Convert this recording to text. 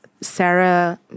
Sarah